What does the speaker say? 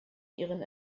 ihren